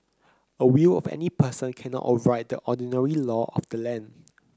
a will of any person cannot override the ordinary law of the land